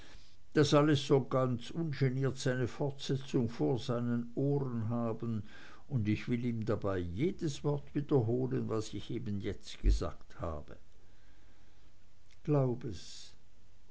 das alles soll ganz ungeniert seine fortsetzung vor seinen ohren haben und ich will ihm dabei jedes wort wiederholen was ich jetzt eben gesagt habe glaub es